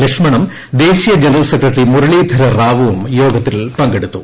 ലക്ഷ്മണും ദേശീയ general secretary Muralidhar റാവുവും യോഗത്തിൽ പങ്കെടുത്തു